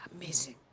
Amazing